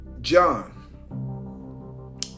John